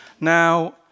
Now